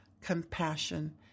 compassion